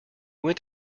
went